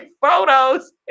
photos